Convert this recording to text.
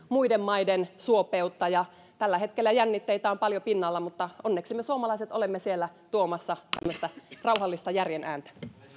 muiden maiden suopeutta tällä hetkellä jännitteitä on paljon pinnalla mutta onneksi me suomalaiset olemme siellä tuomassa tämmöistä rauhallista järjen ääntä